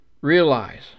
realize